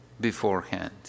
beforehand